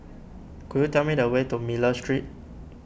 could you tell me the way to Miller Street